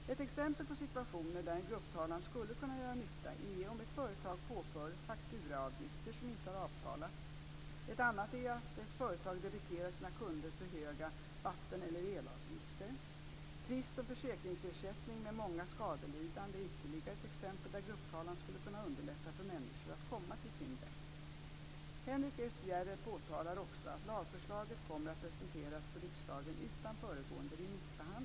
Ett exempel på situationer där en grupptalan skulle kunna göra nytta är om ett företag påför fakturaavgifter som inte har avtalats. Ett annat är att ett företag debiterar sina kunder för höga vatten eller elavgifter. Tvist om försäkringsersättning med många skadelidande är ytterligare ett exempel där grupptalan skulle kunna underlätta för människor att komma till sin rätt. Henrik S Järrel påtalar också att lagförslaget kommer att presenteras för riksdagen utan föregående remissbehandling.